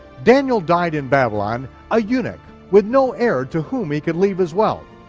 daniel died in babylon a eunuch with no heir to whom he could leave his wealth.